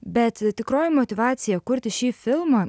bet tikroji motyvacija kurti šį filmą